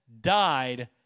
died